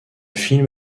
film